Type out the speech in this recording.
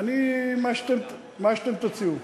מה שאתם תציעו.